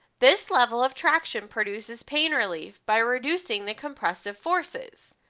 this level of traction produces pain relief by reducing the compressive forces.